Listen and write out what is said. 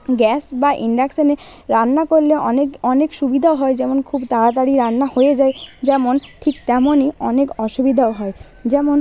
gas বা ইণ্ডাকশানে রান্না করলে অনেক অনেক সুবিধাও হয় যেমন খুব তাড়াতাড়ি রান্না হয়ে যায় যেমন ঠিক তেমনই অনেক অসুবিধাও হয় যেমন